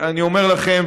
אני אומר לכם,